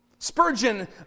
Spurgeon